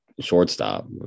shortstop